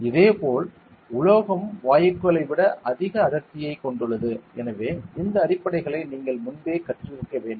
இதேபோல் உலோகம் வாயுக்களை விட அதிக அடர்த்தியைக் கொண்டுள்ளது எனவே இந்த அடிப்படைகளை நீங்கள் முன்பே கற்றிருக்க வேண்டும்